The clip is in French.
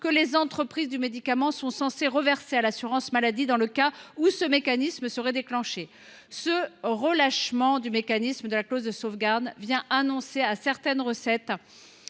que les entreprises du médicament sont censées reverser à l’assurance maladie dans le cas où ce mécanisme serait déclenché. Ce relâchement du mécanisme de la clause de sauvegarde annonce une baisse de recettes